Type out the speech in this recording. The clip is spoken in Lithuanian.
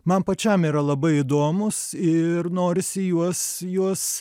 man pačiam yra labai įdomūs ir norisi juos juos